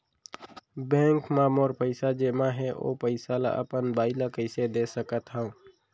Bank म मोर पइसा जेमा हे, ओ पइसा ला अपन बाई ला कइसे दे सकत हव?